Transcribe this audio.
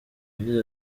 yagize